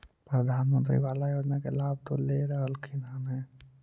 प्रधानमंत्री बाला योजना के लाभ तो ले रहल्खिन ह न?